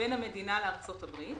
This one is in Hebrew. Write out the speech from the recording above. בין המדינה לארצות-הברית.